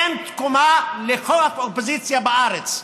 אין תקומה לכל האופוזיציה בארץ.